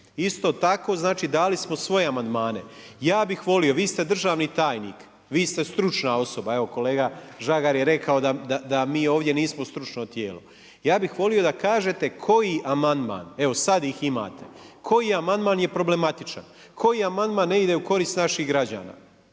Isto tako, znači dali smo svoje amandmane. Ja bih volio, vi ste državni tajnik, vi ste stručna osoba, evo kolega Žagar je rekao da mi ovdje nismo stručno tijelo, ja bih volio da kažete koji amandman, evo sada ih imate, koji amandman je problematičan? Koji amandman ne ide u korist naših građana?